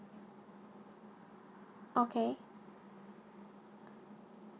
okay